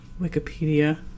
Wikipedia